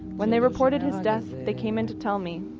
when they reported his death, they came in to tell me.